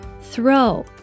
Throw